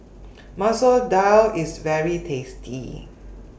Masoor Dal IS very tasty